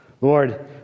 Lord